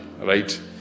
right